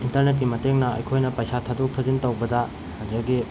ꯏꯟꯇꯔꯅꯦꯠꯀꯤ ꯃꯇꯦꯡꯅ ꯑꯩꯈꯣꯏꯅ ꯄꯩꯁꯥ ꯊꯥꯗꯣꯛ ꯊꯥꯖꯤꯟ ꯇꯧꯕꯗ ꯑꯗꯒꯤ